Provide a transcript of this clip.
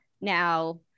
now